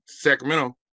Sacramento